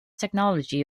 technology